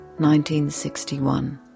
1961